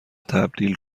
تبدیل